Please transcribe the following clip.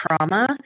trauma